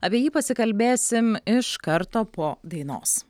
apie jį pasikalbėsim iš karto po dainos